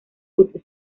cut